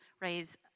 raise